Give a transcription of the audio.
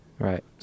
Right